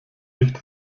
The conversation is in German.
nicht